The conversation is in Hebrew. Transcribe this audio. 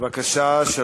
אדוני.